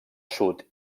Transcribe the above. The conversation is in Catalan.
sud